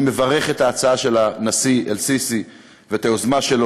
אני מברך על ההצעה של הנשיא א-סיסי ועל היוזמה שלו